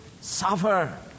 suffer